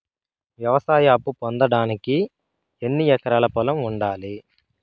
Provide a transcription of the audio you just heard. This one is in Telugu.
వ్యవసాయ అప్పు పొందడానికి ఎన్ని ఎకరాల పొలం ఉండాలి?